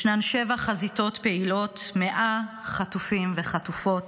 יש שבע חזיתות פעילות, 100 חטופים וחטופות,